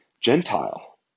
Gentile